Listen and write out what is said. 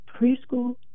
preschool